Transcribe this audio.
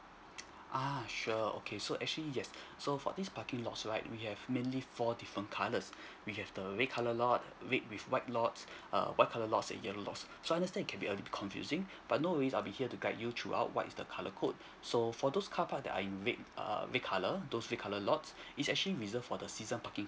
uh sure okay so actually yes so for these parking lots right we have mainly for different colours we have the red colour lot red with white lots err white colour lots and yellow lots so I understand it can be a little bit confusing but no worries I'll be here to guide you throughout what is the colour code so for those car parks that are red err red colour those red colour lots is actually reserve for the season parking